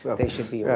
they should be